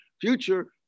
future